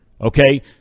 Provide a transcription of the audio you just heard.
Okay